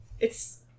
It's-